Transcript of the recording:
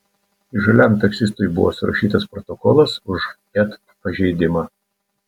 įžūliam taksistui buvo surašytas protokolas už ket pažeidimą